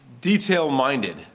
detail-minded